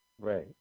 Right